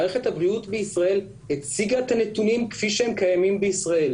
מערכת הבריאות בישראל הציגה את הנתונים כפי שהם קיימים בישראל,